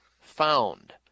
found